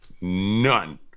None